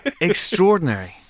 extraordinary